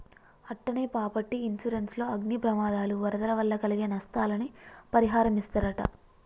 అట్టనే property insurance లో అగ్ని ప్రమాదాలు, వరదల వల్ల కలిగే నస్తాలని పరిహారమిస్తరట